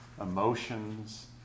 emotions